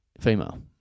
female